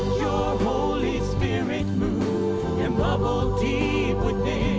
holy spirit move and bubble ah deep within